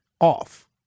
off